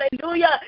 hallelujah